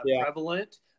prevalent